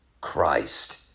Christ